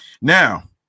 now